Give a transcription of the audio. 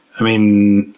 i mean,